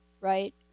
right